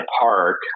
Park